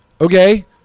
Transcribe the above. okay